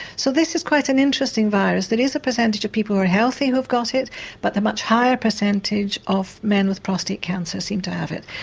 so this is quite an interesting virus there is a percentage of people who are healthy who have got it but the much higher percentage of men with prostate cancer seem to have it.